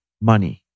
money